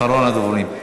אחרון הדוברים.